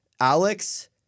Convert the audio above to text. Alex